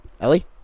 Ellie